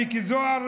מיקי זוהר,